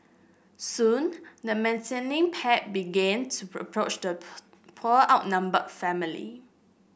soon the menacing pack began to approach the poor outnumbered family